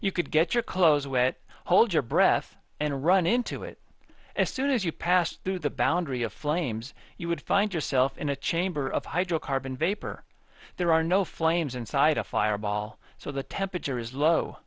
you could get your clothes wet hold your breath and run into it as soon as you passed through the boundary of flames you would find yourself in a chamber of hydrocarbon vapor there are no flames inside a fireball so the temperature is low